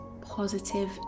positive